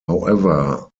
however